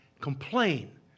complain